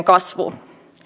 kasvu